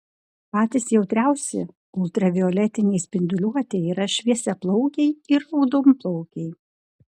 patys jautriausi ultravioletinei spinduliuotei yra šviesiaplaukiai ir raudonplaukiai